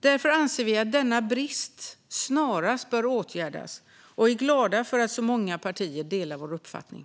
Därför anser vi att denna brist snarast bör åtgärdas. Vi är glada för att så många partier delar vår uppfattning.